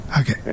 Okay